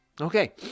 Okay